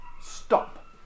Stop